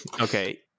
Okay